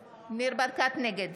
ברקת, נגד